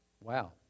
Wow